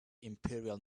imperial